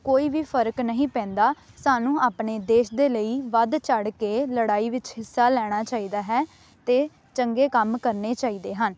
ਕੋਈ ਵੀ ਫ਼ਰਕ ਨਹੀਂ ਪੈਂਦਾ ਸਾਨੂੰ ਆਪਣੇ ਦੇਸ਼ ਦੇ ਲਈ ਵੱਧ ਚੜ੍ਹ ਕੇ ਲੜਾਈ ਵਿੱਚ ਹਿੱਸਾ ਲੈਣਾ ਚਾਹੀਦਾ ਹੈ ਅਤੇ ਚੰਗੇ ਕੰਮ ਕਰਨੇ ਚਾਹੀਦੇ ਹਨ